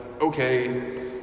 okay